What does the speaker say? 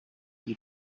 your